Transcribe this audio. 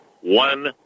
one